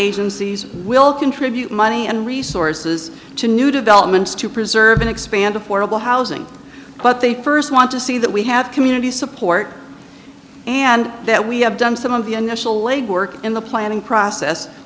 agencies will contribute money and resources to new developments to preserve an expanded affordable housing but they first want to see that we have community support and that we have done some of the initial legwork in the planning process